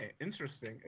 interesting